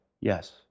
Yes